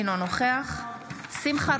אינו נוכח שמחה